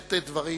לשאת דברים